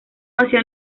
hacia